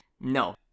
no